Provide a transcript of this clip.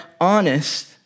honest